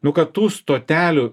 nu kad tų stotelių